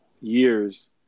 years